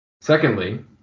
secondly